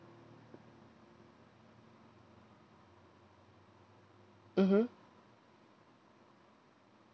mmhmm